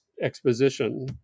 exposition